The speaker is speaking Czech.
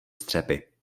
střepy